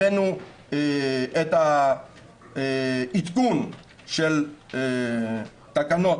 הבאנו את העדכון של תקנות,